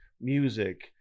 music